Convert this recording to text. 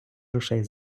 грошей